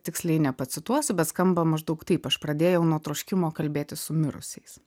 tiksliai nepacituosiu bet skamba maždaug taip aš pradėjau nuo troškimo kalbėti su mirusiais